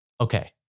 okay